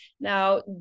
now